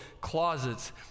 closets